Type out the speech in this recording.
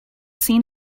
seen